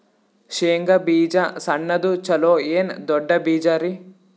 ಶೇಂಗಾ ಬೀಜ ಸಣ್ಣದು ಚಲೋ ಏನ್ ದೊಡ್ಡ ಬೀಜರಿ?